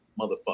motherfucker